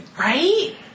Right